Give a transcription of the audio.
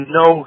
no